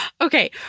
Okay